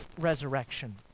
resurrection